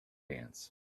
dance